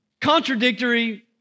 contradictory